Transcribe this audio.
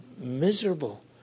miserable